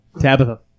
Tabitha